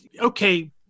okay